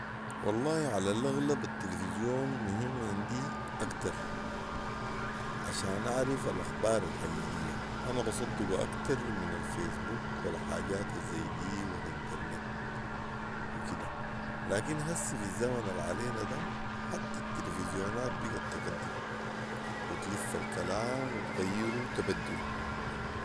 والله علي الاغلب التلفزيون مهم عندي اكتر ،عشان اعرف الاخبارالحقيقيه ، انا بصدقة اكتر من الفيس بوك والحاجات الزي دي والنترنت وكده. لكن هسي في الزمن العلينا ده حتي التلفزيونات بقت تكضب وتلف الكلام وتغيره وتبدله